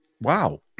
Wow